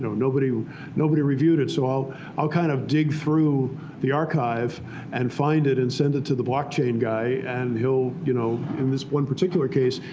nobody nobody reviewed it. so i'll i'll kind of dig through the archive and find it and send it to the blockchain guy. and you know in this one particular case,